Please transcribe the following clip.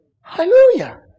Hallelujah